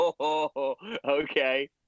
Okay